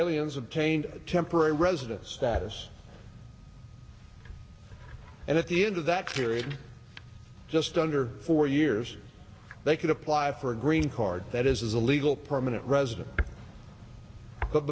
aliens obtained temporary residence status and at the end of that period just under four years they could apply for a green card that is a legal permanent resident but